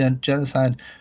genocide